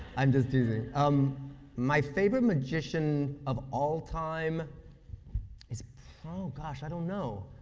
i'm just teasing um my favorite magician of all time is oh, gosh, i don't know.